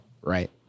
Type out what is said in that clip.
right